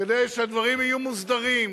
כדי שהדברים יהיו מוסדרים,